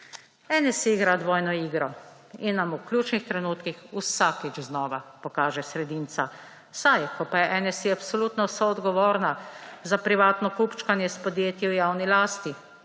NSi igra dvojno igro in nam v ključnih trenutkih vsakič znova pokaže sredinca. Saj, ko pa je NSi absolutno soodgovorna za privatno kupčkaje s podjetji v javni lasti,